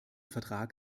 vertrag